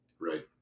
Right